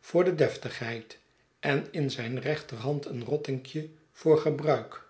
voor de deftigheid en in zijn rechterhand een rottinkje voor gebruik